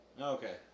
Okay